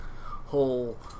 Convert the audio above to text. whole